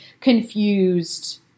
confused